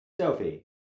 Sophie